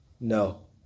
No